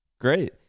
Great